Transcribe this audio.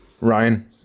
Ryan